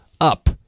up